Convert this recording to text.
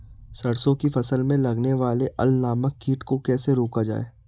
सरसों की फसल में लगने वाले अल नामक कीट को कैसे रोका जाए?